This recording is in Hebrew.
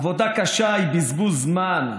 עבודה קשה היא בזבוז זמן,